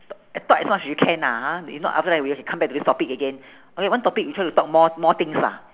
t~ talk as much as you can ah ha if not after that we have to come back to this topic again okay one topic we try to talk more more things lah